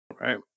Right